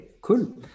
cool